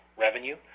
revenue